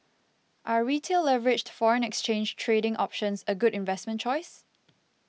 are Retail leveraged foreign exchange trading options a good investment choice